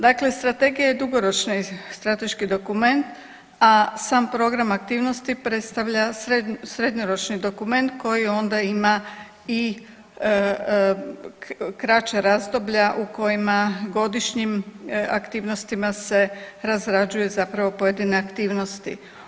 Dakle, strategija je dugoročni strateški dokument, a sam program aktivnosti predstavlja srednjoročni dokument koji onda ima i kraća razdoblja u kojima godišnjim aktivnostima se razrađuje zapravo pojedine aktivnosti.